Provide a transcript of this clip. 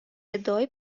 ادعای